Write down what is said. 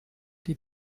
die